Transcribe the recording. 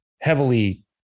heavily